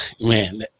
man